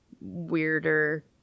weirder